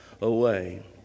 away